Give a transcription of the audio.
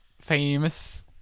Famous